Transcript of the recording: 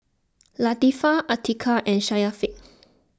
Latifa Atiqah and Syafiq